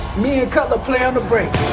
me and cutler play on the break.